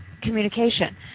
communication